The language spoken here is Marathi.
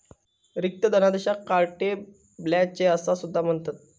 रिक्त धनादेशाक कार्टे ब्लँचे असा सुद्धा म्हणतत